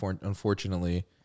unfortunately